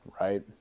right